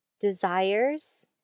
desires